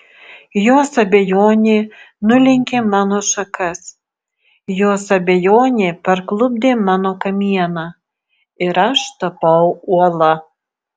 jos abejonė nulenkė mano šakas jos abejonė parklupdė mano kamieną ir aš tapau uola